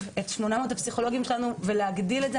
את 800 הפסיכולוגים שלנו ולהגדיל את זה.